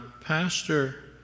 pastor